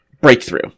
Breakthrough